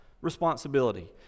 responsibility